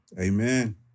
Amen